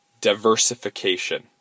diversification